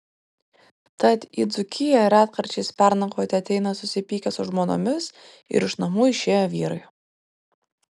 tad į dzūkiją retkarčiais pernakvoti ateina susipykę su žmonomis ir iš namų išėję vyrai